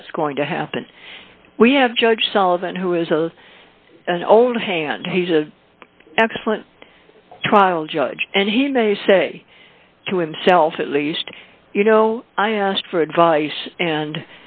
that's going to happen we had john solvent who is a old hand he's a excellent trial judge and he may say to himself at least you know i asked for advice